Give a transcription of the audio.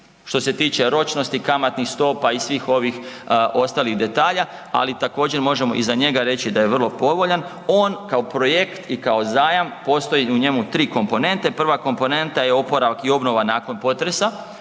što se tiče ročnosti, kamatnih stopa i svih ovih ostalih detalja, ali također možemo i za njega reći da je vrlo povoljan. On kao projekt i kao zajam postoji u njemu tri komponenta, prva komponenta je oporavak i obnova nakon potresa